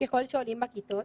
ככל שעולים בכיתות,